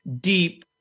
deep